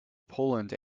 poland